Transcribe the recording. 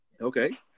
Okay